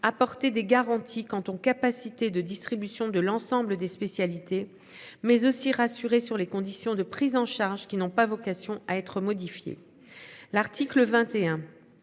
Apporté des garanties quant aux capacités de distribution de l'ensemble des spécialités mais aussi rassurer sur les conditions de prise en charge qui n'ont pas vocation à être modifié l'article 21.